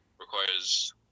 requires